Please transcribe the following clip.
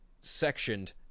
sectioned